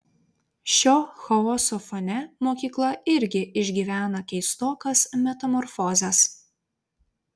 šio chaoso fone mokykla irgi išgyvena keistokas metamorfozes